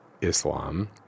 Islam